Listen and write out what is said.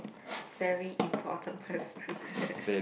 very important person